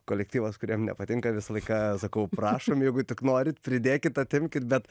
kolektyvas kuriem nepatinka visą laiką sakau prašom jeigu tik norit pridėkit atimkit bet